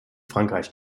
frankreich